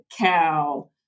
cow